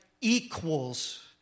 equals